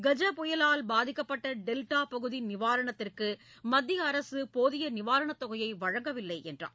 கஜ புயலால் பாதிக்கப்பட்ட டெல்டா பகுதி நிவாரணத்திற்கு மத்திய அரசு போதிய நிவாரணத் தொகையை வழங்கவில்லை என்றார்